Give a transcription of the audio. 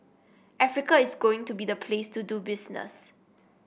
Africa is going to be the place to do business